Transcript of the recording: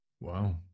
Wow